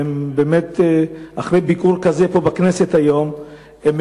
ובאמת אחרי ביקור כזה פה בכנסת היום הם